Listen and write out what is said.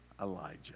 Elijah